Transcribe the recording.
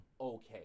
okay